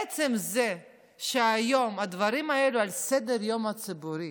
עצם זה שהיום הדברים האלה על סדר-היום הציבורי,